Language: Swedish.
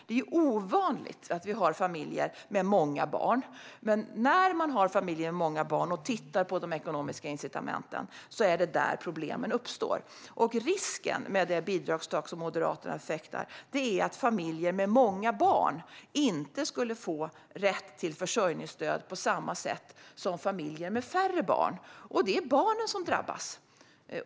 Det är ju ovanligt med familjer med många barn, men det är där problemet med de ekonomiska incitamenten uppstår. Risken med det bidragstak som Moderaterna förfäktar är att familjer med många barn inte skulle få samma rätt till försörjningsstöd som familjer med färre barn, och då är det barnen som drabbas.